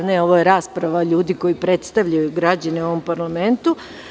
Ne, ovo je rasprava ljudi koji predstavljaju građane u ovom parlamentu.